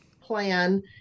plan